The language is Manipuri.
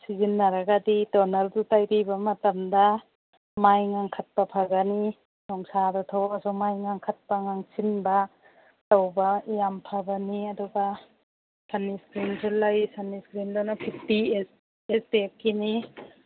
ꯁꯤꯖꯤꯟꯅꯔꯒꯗꯤ ꯇꯣꯅꯔꯗꯨ ꯇꯩꯕꯤꯕ ꯃꯇꯝꯗ ꯃꯥꯏ ꯉꯥꯡꯈꯠꯄ ꯐꯒꯅꯤ ꯅꯨꯡꯁꯥꯗ ꯊꯣꯛꯑꯒꯁꯨ ꯃꯥꯏ ꯉꯥꯡꯈꯠꯄ ꯉꯥꯡꯁꯤꯟꯕ ꯇꯧꯕ ꯌꯥꯝ ꯐꯕꯅꯤ ꯑꯗꯨꯒ ꯁꯟꯁꯀ꯭ꯔꯤꯟꯁꯨ ꯂꯩ ꯁꯟꯁ꯭ꯀ꯭ꯔꯤꯟꯗꯨꯅ ꯐꯤꯐꯇꯤ ꯑꯦꯁ ꯄꯤ ꯑꯦꯐꯀꯤꯅꯤ